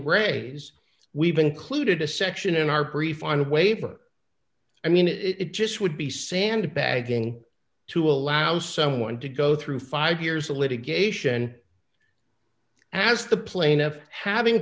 raise we've included a section in our brief on the waiver i mean it just would be sandbagging to allow someone to go through five years of litigation as the plaintiff having